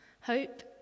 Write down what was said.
hope